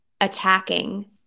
attacking